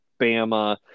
Bama